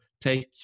take